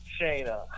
Shayna